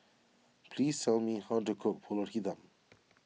please tell me how to cook Pulut Hitam